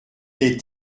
est